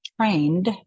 trained